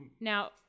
now